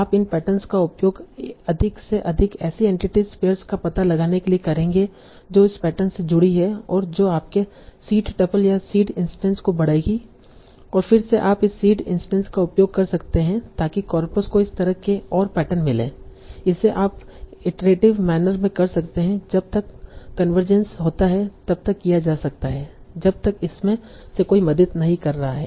आप इन पैटर्नस का उपयोग अधिक से अधिक ऐसी एंटिटी पेयर्स का पता लगाने के लिए करेंगे जो इस पैटर्न से जुड़ी हैं और जो आपके सीड टपल या सीड इंस्टैंस को बढ़ाएंगी और फिर से आप इस सीड इंस्टैंस का उपयोग कर सकते हैं ताकि कॉर्पस को इस तरह के और पैटर्न मिलें इसे आप इटरेटिव मेनर में कर सकते है जब तक कन्वर्जेन्स होता है और तब तक किया जा सकता है जब तक इसमें से कोई मदद नहीं कर रहा है